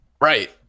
Right